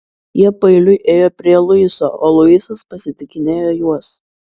jie paeiliui ėjo prie luiso o luisas pasitikinėjo juos